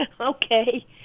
Okay